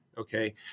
Okay